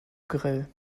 grell